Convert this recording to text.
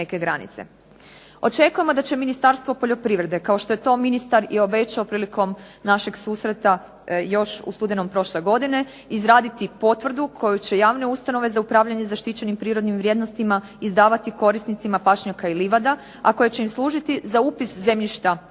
Očekujemo da će Ministarstvo poljoprivrede, kao što je to ministar i obećao prilikom našeg susreta još u studenom prošle godine, izraditi potvrdu koju će javne ustanove za upravljanje zaštićenim prirodnim vrijednostima izdavati korisnicima pašnjaka i livada, a koje će im služiti za upis zemljišta u upisnik